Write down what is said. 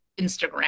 Instagram